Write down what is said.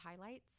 highlights